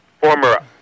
former